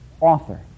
author